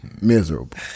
Miserable